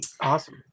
Awesome